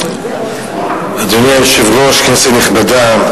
אדוני היושב-ראש, כנסת נכבדה,